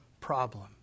problem